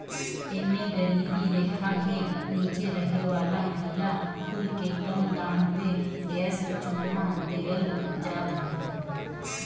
एमे गरीबी रेखा के नीचे रहे वाला महिला कुल के कम दाम पे गैस चुल्हा देहल जात हवे